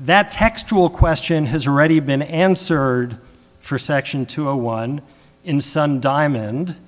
that textual question has already been answered for section two a one in sun diamond